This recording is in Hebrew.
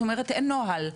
את אומרת שאין נוהל,